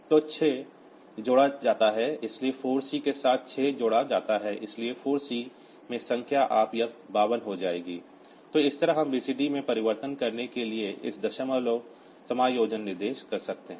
तो 6 जोड़ा जाता है इसलिए 4c के साथ 6 जोड़ा जाता है इसलिए 4 c से संख्या आप यह 52 हो जाएगी तो इस तरह हम बसड नंबर में परिवर्तित करने के लिए इस दशमलव समायोजन निर्देश कर सकते हैं